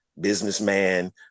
businessman